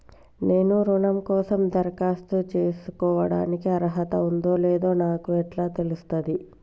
నేను రుణం కోసం దరఖాస్తు చేసుకోవడానికి అర్హత ఉందో లేదో నాకు ఎట్లా తెలుస్తది?